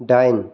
दाइन